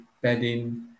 bedding